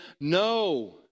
no